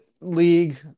league